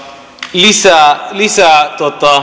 lisää lisää